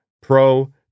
Pro